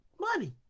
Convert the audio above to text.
money